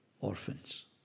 orphans